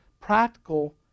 practical